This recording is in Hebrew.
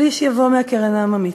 שליש יבוא מהקרן העממית.